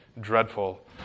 dreadful